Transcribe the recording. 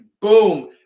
boom